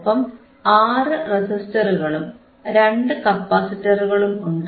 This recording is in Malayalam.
ഒപ്പം ആറു റെസിസ്റ്ററുകളും രണ്ടു കപ്പാസിറ്ററുകളും ഉണ്ട്